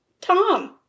Tom